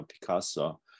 Picasso